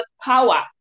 power